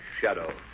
Shadow